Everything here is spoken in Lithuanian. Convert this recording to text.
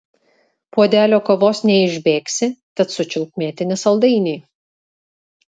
puodelio kavos neišbėgsi tad sučiulpk mėtinį saldainį